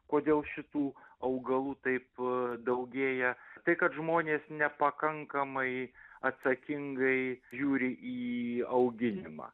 kodėl šitų augalų taip daugėja tai kad žmonės nepakankamai atsakingai žiūri į auginimą